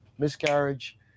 Miscarriage